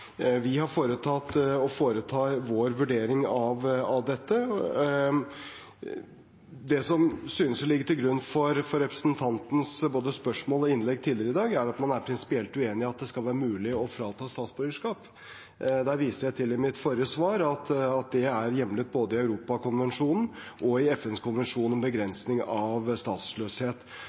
Vi har foretatt og foretar vår vurdering av dette. Det som synes å ligge til grunn for både representantens spørsmål nå og innlegg tidligere i dag, er at man er prinsipielt uenig i at det skal være mulig å frata statsborgerskap. Der viser jeg til mitt forrige svar, at det er hjemlet både i Europarådskonvensjonen og i FNs konvensjon om begrensning av statsløshet.